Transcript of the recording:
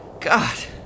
God